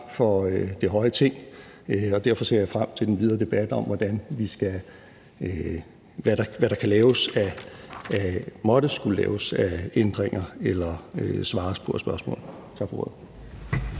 for det høje Ting. Og derfor ser jeg frem til den videre debat om, hvad der måtte skulle laves af ændringer eller svares på af spørgsmål. Tak for ordet.